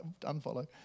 unfollow